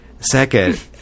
Second